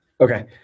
okay